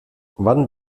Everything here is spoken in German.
wann